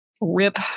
rip